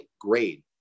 grade